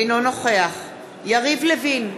אינו נוכח יריב לוין,